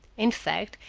in fact,